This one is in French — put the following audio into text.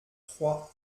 trois